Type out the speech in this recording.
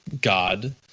God